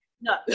No